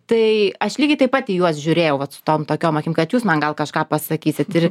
tai aš lygiai taip pat į juos žiūrėjau vat su tom tokiom akim kad jūs man gal kažką pasakysit ir